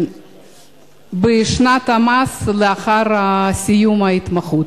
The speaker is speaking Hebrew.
בשנת המס שלאחר סיום ההתמחות.